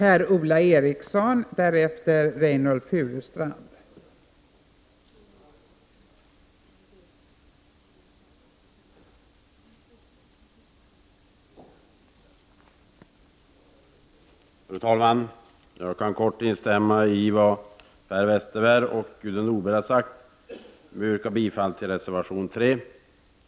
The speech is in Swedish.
Fru talman! Jag kan instämma i vad Per Westerberg och Gudrun Norberg har sagt. Jag yrkar bifall till reservation 3.